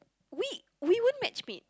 we we won't match mate